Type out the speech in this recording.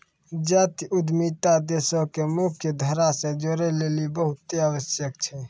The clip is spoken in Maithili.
जातीय उद्यमिता देशो के मुख्य धारा से जोड़ै लेली बहुते आवश्यक छै